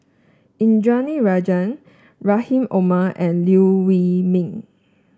Indranee Rajah Rahim Omar and Liew Wee Mee